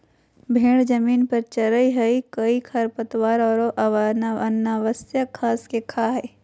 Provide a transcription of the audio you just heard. भेड़ जमीन पर चरैय हइ कई खरपतवार औरो अनावश्यक घास के खा हइ